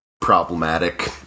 problematic